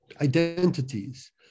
identities